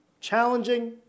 Challenging